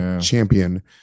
champion